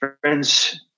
Friends